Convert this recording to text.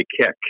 kick